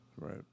Right